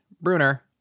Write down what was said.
Bruner